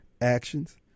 actions